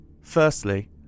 Firstly